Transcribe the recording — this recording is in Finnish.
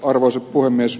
arvoisa puhemies